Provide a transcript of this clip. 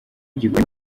gikora